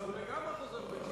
הוא לגמרי חוזר בתשובה.